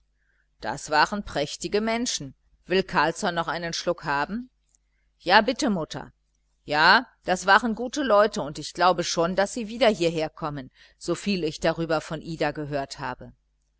das waren prächtige menschen will carlsson noch einen schluck haben ja bitte mutter ja das waren gute leute und ich glaube schon daß sie wieder hierherkommen soviel ich darüber von ida gehört habe